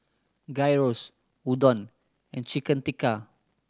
Gyros Udon and Chicken Tikka